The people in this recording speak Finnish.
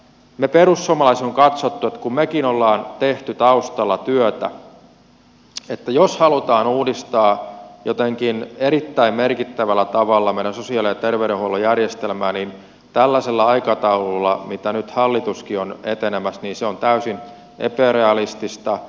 me perussuomalaiset olemme katsoneet kun mekin olemme tehneet taustalla työtä että jos halutaan uudistaa jotenkin erittäin merkittävällä tavalla meidän sosiaali ja terveydenhuollon järjestelmäämme niin tällaisella aikataululla millä nyt hallituskin on etenemässä se on täysin epärealistista